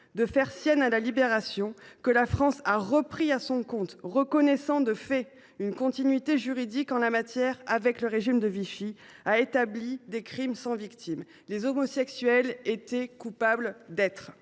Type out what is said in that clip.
de faire sienne à la Libération, qu’elle a ainsi reprise à son compte, reconnaissant de fait une continuité juridique en la matière avec le régime de Vichy, a établi des crimes sans victimes. Les homosexuels étaient coupables d’être.